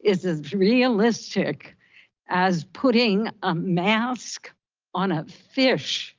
is as realistic as putting a mask on a fish